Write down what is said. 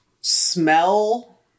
Smell